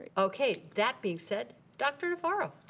okay, that being said. dr. navarro.